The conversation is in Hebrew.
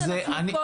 כל